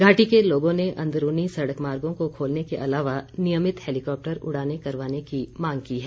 घाटी के लोगों ने अंदरूनी सड़क मार्गों को खोलने के अलावा नियमित हैलीकॉप्टर उड़ाने करवाने की मांग की है